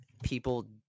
People